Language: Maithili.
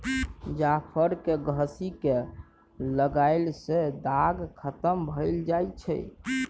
जाफर केँ घसि कय लगएला सँ दाग खतम भए जाई छै